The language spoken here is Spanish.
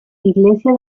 iglesia